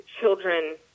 children